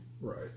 right